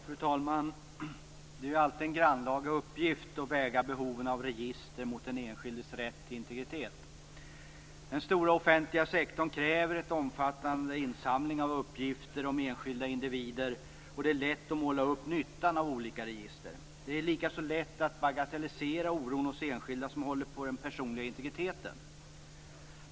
Fru talman! Det är alltid en grannlaga uppgift att väga behoven av register mot den enskildes rätt till integritet. Den stora offentliga sektorn kräver en omfattande insamling av uppgifter om enskilda individer, och det är lätt att måla upp nyttan av olika register. Det är likaså lätt att bagatellisera oron hos enskilda som håller på den personliga integriteten.